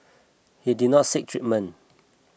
he did not seek treatment